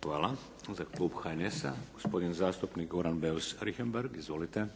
Hvala. Za Klub HNS-a, gospodin zastupnik Goran Beus-Richembergh. Izvolite.